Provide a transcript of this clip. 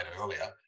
earlier